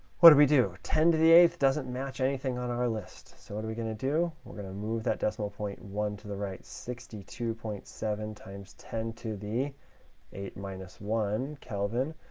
what do we do? ten to the eighth doesn't match anything on our list, so what are we going to do? we're going to move that decimal point one to the right. sixty two point seven times ten to the eight minus one kelvin,